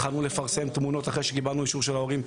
התחלנו לפרסם תמונות לאחר שקיבלנו את אישור ההורים,